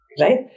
Right